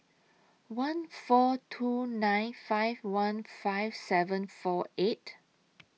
one four two nine five one five seven four eight